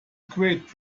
great